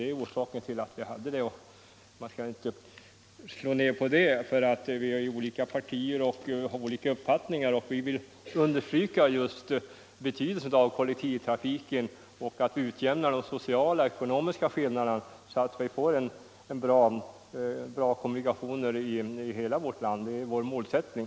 Man skall väl inte slå ner på det — olika partier har naturligtvis olika uppfattningar. Vi ville understryka just betydelsen av kollektivtrafiken och av att utjämna de sociala och ekonomiska skillnaderna, så att vi kan få bra kommunikationer i hela vårt land. Detta är vår målsättning.